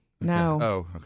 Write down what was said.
No